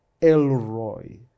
Elroy